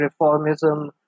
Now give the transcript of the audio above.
reformism